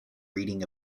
reading